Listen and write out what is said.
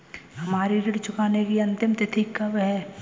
हमारी ऋण चुकाने की अंतिम तिथि कब है?